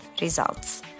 results